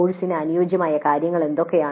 കോഴ്സിന് അനുയോജ്യമായ കാര്യങ്ങൾ എന്തൊക്കെയാണ്